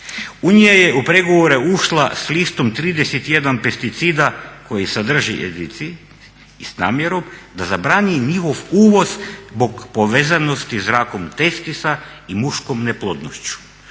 Unija je u pregovore ušla s listom 31 pesticida koji sadrži …/Govornik se ne razumije/... i s namjerom da zabrani njihov uvoz zbog povezanosti zrakom testisa i muškom neplodnošću.